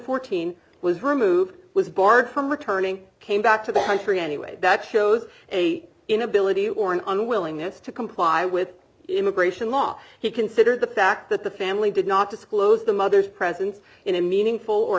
fourteen was removed was barred from returning came back to the country anyway that shows a inability or unwillingness to comply with immigration law he considered the fact that the family did not disclose the mother's presence in a meaningful or